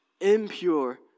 impure